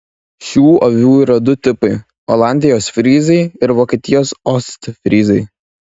šių avių yra du tipai olandijos fryzai ir vokietijos ostfryzai